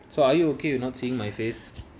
so are you okay you're not seeing my face